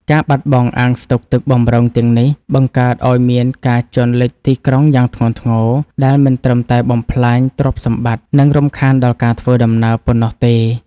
ការបាត់បង់អាងស្តុកទឹកបម្រុងទាំងនេះ បង្កើតឱ្យមានការជន់លិចទីក្រុងយ៉ាងធ្ងន់ធ្ងរ ដែលមិនត្រឹមតែបំផ្លាញទ្រព្យសម្បត្តិ និងរំខានដល់ការធ្វើដំណើរប៉ុណ្ណោះទេ។